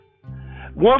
One